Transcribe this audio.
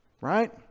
Right